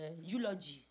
eulogy